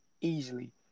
easily